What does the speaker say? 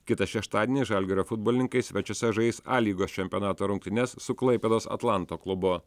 kitą šeštadienį žalgirio futbolininkai svečiuose žais a lygos čempionato rungtynes su klaipėdos atlanto klubu